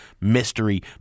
mystery